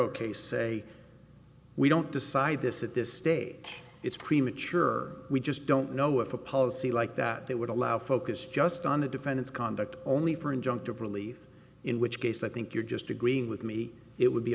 ok say we don't decide this at this stage it's premature we just don't know if a policy like that that would allow focus just on the defendant's conduct only for injunctive relief in which case i think you're just agreeing with me it would be